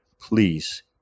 Please